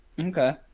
Okay